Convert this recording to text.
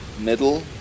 middle